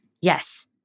Yes